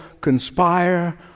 conspire